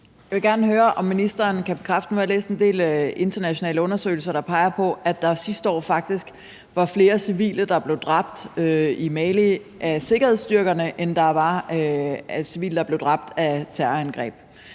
Jeg vil gerne spørge ind til Sahelmissionen. Nu har jeg læst en del internationale undersøgelser, der peger på, at der faktisk i Mali sidste år var flere civile, der blev dræbt af sikkerhedsstyrkerne, end der var civile, der blev dræbt af terrorangreb.